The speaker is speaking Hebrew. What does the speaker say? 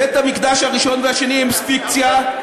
בית-המקדש הראשון והשני הם פיקציה,